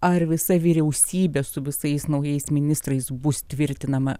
ar visa vyriausybė su visais naujais ministrais bus tvirtinama